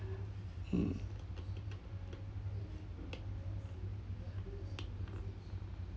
mm